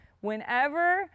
Whenever